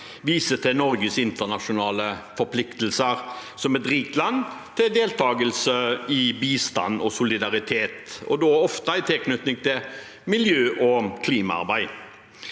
viser til Norges internasjonale forpliktelser som et rikt land til deltakelse i bistand og solidaritet, og da ofte i tilknytning til miljøog klimaarbeid.